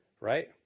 Right